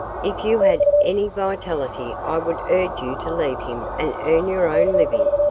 if you had any vitality i would urge you to leave him and earn your own living.